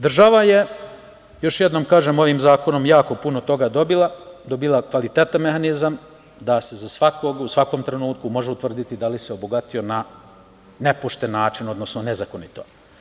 Država je, još jednom kažem, ovim zakonom jako puno toga dobila, dobila kvalitetan mehanizam, da se za svakog u svakom trenutku može utvrditi da li se obogatio na nepošten način, odnosno nezakonito.